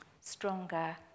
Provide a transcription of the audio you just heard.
stronger